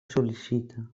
sol·licita